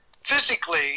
physically